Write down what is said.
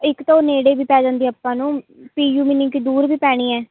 ਇੱਕ ਤਾਂ ਉਹ ਨੇੜੇ ਵੀ ਪੈ ਜਾਂਦੀ ਆਪਾਂ ਨੂੰ ਪੀ ਯੂ ਇੰਨੀ ਕੁ ਦੂਰ ਵੀ ਪੈਣੀ ਹੈ